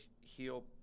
heal